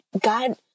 God